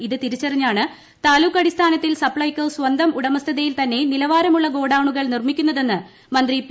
ഇത് തിരിച്ചറിഞ്ഞാണ് താലൂക്കടിസ്ഥാനത്തിൽ സപ്ലൈക്കോ സ്വന്തം ഉടമസ്ഥതയിൽ പ്രതിന്നെ നിലവാരമുള്ള ഗോഡൌണുകൾ നിർമ്മിക്കുന്നതെന്ന് ട്രി മിന്തി പി